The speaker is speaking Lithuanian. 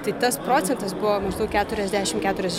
tai tas procentas buvo maždaug keturiasdešimt keturiasdešimt